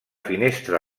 finestra